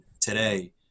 today